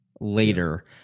later